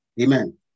Amen